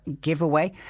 Giveaway